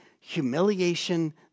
humiliation